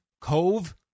Cove